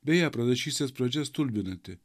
beje pranašystės pradžia stulbinanti